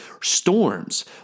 storms